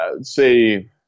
say